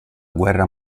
guerra